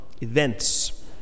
events